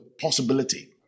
possibility